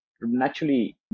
naturally